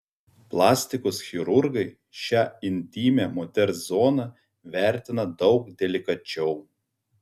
plastikos chirurgai šią intymią moters zoną vertina daug delikačiau